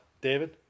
David